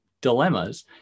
dilemmas